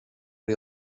les